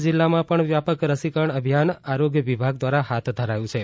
ડાંગ જિલ્લામા પણ વ્યાપક રસીકરણ અભિયાન આરોગ્ય વિભાગ દ્વારા હાથ ધરાયુ છે